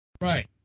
Right